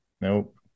Nope